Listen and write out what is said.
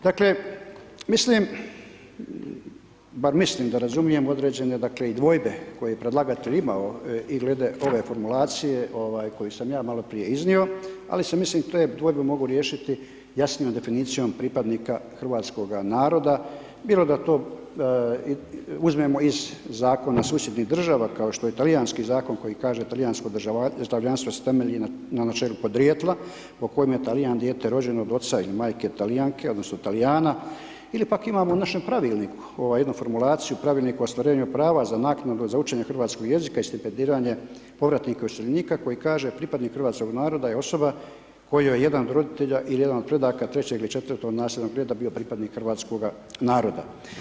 Dakle mislim, bar mislim da razumijem određene dakle i dvojbe koje je predlagatelj imao i glede ove formulacije koju sam ja maloprije iznio, ali se mislim te dvojbe mogu riješiti jasnijom definicijom pripadnika hrvatskoga naroda, bilo da to uzmemo iz zakona susjednih država, kao što je talijanski zakon koji kaže talijansko državljanstvo se temelji na načelu podrijetla, po kojem je Talijan dijete rođeno od oca i majke Talijanke, odnosno Talijana, ili pak imamo u našem pravilniku jednu formulaciju Pravilnik o ostvarivanju prava za naknadu za učenje hrvatskog jezika i stipendiranje povratnika iseljenika koji kaže pripadnik hrvatskog naroda je osoba kojoj jedan od roditelja ili jedan od predaka 3. ili 4. nasljednog .../nerazumljivo/... pripadnik hrvatskoga naroda.